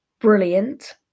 brilliant